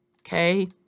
Okay